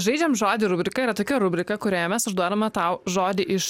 žaidžiam žodį rubrika yra tokia rubrika kurioje mes uždarome tau žodį iš